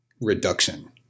reduction